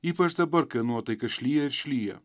ypač dabar kai nuotaika šlyja ir šlyja